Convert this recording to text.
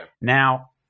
Now